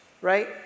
right